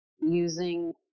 using